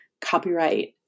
copyright